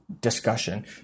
discussion